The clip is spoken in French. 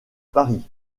paris